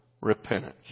repentance